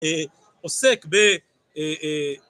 ועוסק ב...